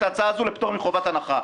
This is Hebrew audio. את ההצעה הזו לפטור מחובת הנחה.